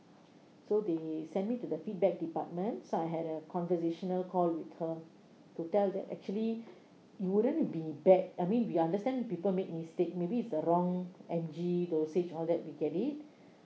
so they sent me to the feedback department so I had a conversational call with her to tell that actually it wouldn't be bad I mean we understand people made mistake maybe it's the wrong M_G dosage all that we get it